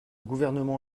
gouvernement